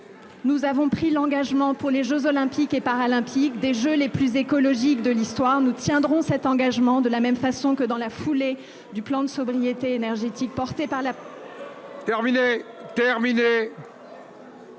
nous avons pris l'engagement de faire de nos jeux Olympiques et Paralympiques les jeux les plus écologiques de l'histoire. Nous tiendrons cet engagement, de la même façon que, dans la foulée du plan de sobriété énergétique porté par la ... Vous avez